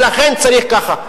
ולכן צריך ככה.